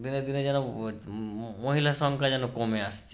দিনে দিনে যেন মহিলার সংখ্যা যেন কমে আসছে